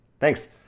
Thanks